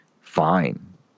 fine